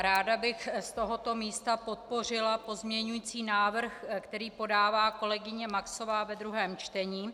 Ráda bych z tohoto místa podpořila pozměňující návrh, který podává kolegyně Maxová ve druhém čtení.